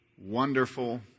Wonderful